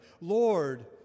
Lord